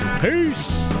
Peace